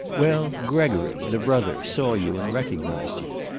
well, gregory, the brother, saw you and recognized you.